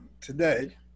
today